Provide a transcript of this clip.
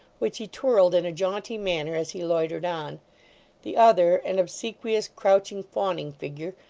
which he twirled in a jaunty manner as he loitered on the other, an obsequious, crouching, fawning figure,